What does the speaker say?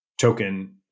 token